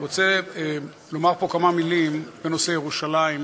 אני רוצה לומר פה כמה מילים בנושא ירושלים.